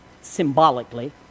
symbolically